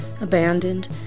abandoned